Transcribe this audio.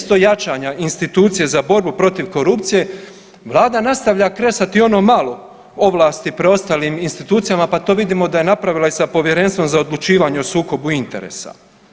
Umjesto jačanja institucija za borbu protiv korupcije Vlada nastavlja kresati i ono malo ovlasti preostalim institucijama pa to vidimo i da je napravila sa Povjerenstvom za odlučivanje o sukobu interesa.